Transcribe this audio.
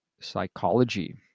psychology